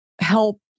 help